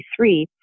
1993